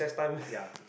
ya